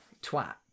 Twat